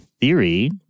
theory